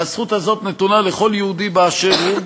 והזכות הזאת נתונה לכל יהודי באשר הוא,